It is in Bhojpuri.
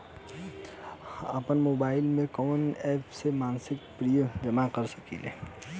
आपनमोबाइल में कवन एप से मासिक प्रिमियम जमा कर सकिले?